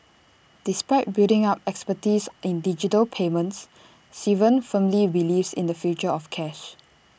despite building up expertise in digital payments Sivan firmly believes in the future of cash